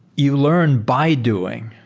you learn by doing,